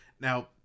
Now